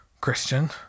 Christian